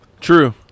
True